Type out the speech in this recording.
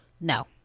No